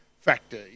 factor